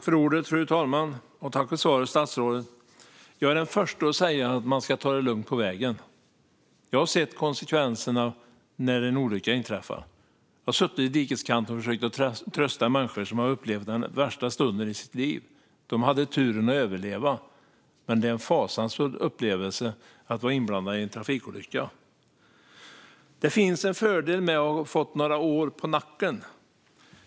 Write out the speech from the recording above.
Fru talman! Tack för svaret, statsrådet! Jag är den förste att säga att man ska ta det lugnt på vägen. Jag har sett konsekvenserna när en olycka inträffar. Jag har suttit på dikeskanten och försökt trösta människor som har upplevt den värsta stunden i sitt liv. De hade turen att överleva, men det är en fasansfull upplevelse att vara inblandad i en trafikolycka. Det finns en fördel med att ha fått några år på nacken.